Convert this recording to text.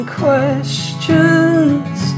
questions